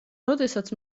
როდესაც